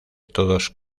todos